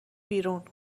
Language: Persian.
بیرون